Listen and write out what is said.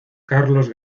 carlos